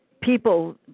people